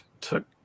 took